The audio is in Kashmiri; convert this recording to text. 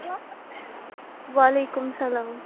وعلیکُم سلام